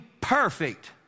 perfect